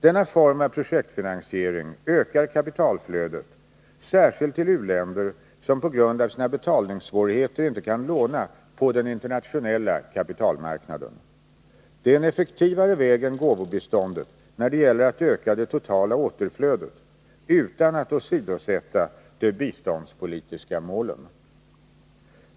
Denna form av projektfinansiering ökar kapitalflödet särskilt till u-länder som på grund av sina betalningssvårigheter inte kan låna på den internationella kapitalmarknaden. Det är en effektivare väg än gåvobiståndet när det gäller att öka det totala återflödet utan att åsidosätta de biståndspolitiska målen.